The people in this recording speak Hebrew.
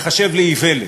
תיחשב לאיוולת: